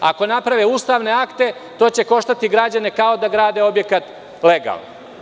Ako naprave ustavne akte, to će koštati građane kao da grade objekat legalno.